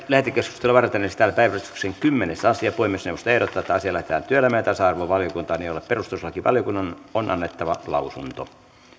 lähetekeskustelua varten esitellään päiväjärjestyksen kymmenes asia puhemiesneuvosto ehdottaa että asia lähetetään työelämä ja tasa arvovaliokuntaan jolle perustuslakivaliokunnan on annettava lausunto